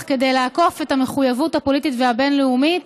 אך כדי לעקוף את המחויבות הפוליטית והבין-לאומית,